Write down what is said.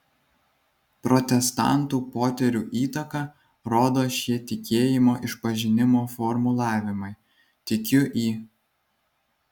protestantų poterių įtaką rodo šie tikėjimo išpažinimo formulavimai tikiu į